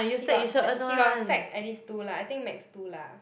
he got stack he got stack at least two lah I think max two lah